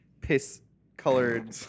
piss-colored